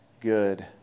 good